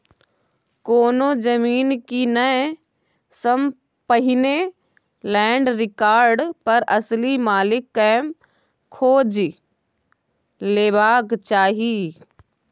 कोनो जमीन कीनय सँ पहिने लैंड रिकार्ड पर असली मालिक केँ खोजि लेबाक चाही